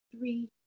Three